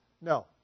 No